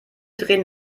drehen